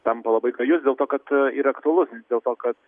tampa labai gajus dėl to kad ir aktualus dėl to kad